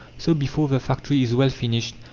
so, before the factory is well finished,